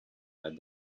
that